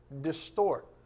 distort